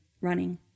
running